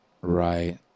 right